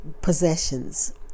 possessions